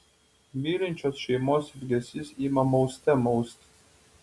mylinčios šeimos ilgesys ima mauste mausti